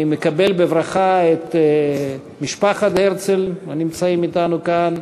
אני מקבל בברכה את משפחת הרצל הנמצאת אתנו כאן,